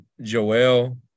Joel